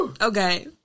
Okay